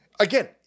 Again